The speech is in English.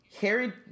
Harry